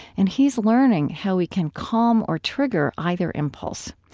and he's learning how we can calm or trigger either impulse.